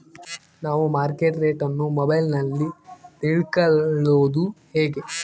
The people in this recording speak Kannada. ನಾವು ಮಾರ್ಕೆಟ್ ರೇಟ್ ಅನ್ನು ಮೊಬೈಲಲ್ಲಿ ತಿಳ್ಕಳೋದು ಹೇಗೆ?